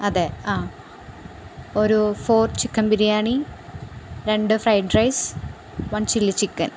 അതെ ആ ഒരു ഫോർ ചിക്കൻ ബിരിയാണി രണ്ട് fried rice one chilli chicken